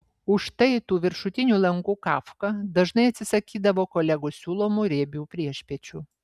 už štai tų viršutinių langų kafka dažnai atsisakydavo kolegų siūlomų riebių priešpiečių